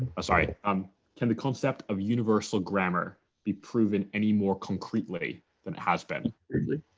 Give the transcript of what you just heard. ah sorry, um can the concept of universal grammar be proven any more concretely and has been like